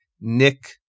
Nick